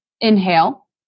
Inhale